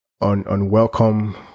unwelcome